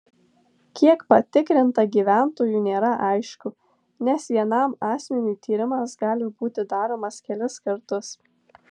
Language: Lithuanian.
kiek patikrinta gyventojų nėra aišku nes vienam asmeniui tyrimas gali būti daromas kelis kartus